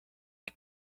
que